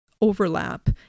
overlap